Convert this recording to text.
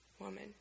woman